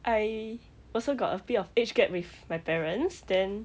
I also got a fear of age gap with my parents then